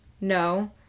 No